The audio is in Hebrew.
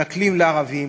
מתנכלים לערבים,